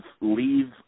leave